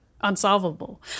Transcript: unsolvable